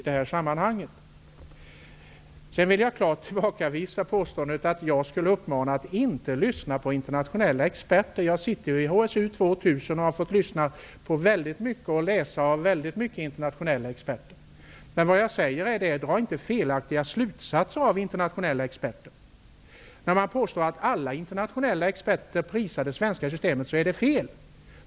Jag vill klart tillbakavisa påståendet att jag skulle uppmana till att inte lyssna på internationella experter. Jag sitter i HSU 2000 och har fått lyssna på och läsa väldigt mycket av internationella experter. Men jag säger: Dra inte felaktiga slutsatser av internationella experter. När man påstår att alla internationella experter prisar det svenska systemet så är det fel.